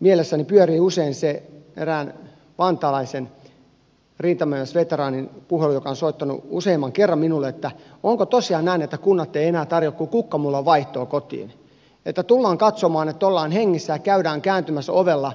mielessäni pyörii usein se erään vantaalaisen rintamamiesveteraanin joka on soittanut useamman kerran minulle puhelu että onko tosiaan näin että kunnat eivät enää tarjoa kuin kukkamullan vaihtoa kotiin että tullaan katsomaan että ollaan hengissä ja käydään kääntymässä ovella